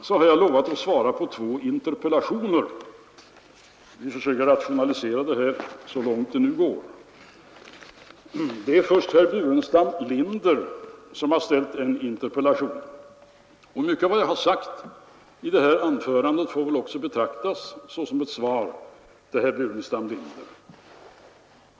Jag har lovat att svara på två interpellationer — vi får försöka rationalisera det här så långt det nu går. Det är först herr Burenstam Linder som har framställt en interpellation. Mycket av vad jag sagt i det här anförandet får väl också betraktas som ett svar till herr Burenstam Linder.